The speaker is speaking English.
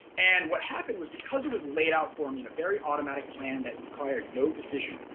and what happened was because it was laid out for me in a very automatic plan that required no decision.